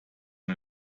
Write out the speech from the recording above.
der